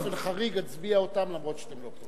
באופן חריג נצביע עליהן, אף-על-פי שאתם לא כאן.